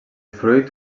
fruit